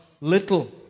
little